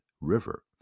river